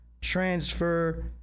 transfer